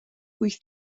wyth